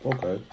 Okay